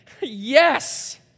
Yes